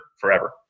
forever